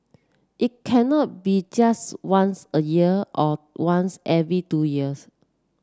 it cannot be just once a year or once every two years